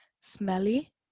smelly